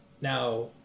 now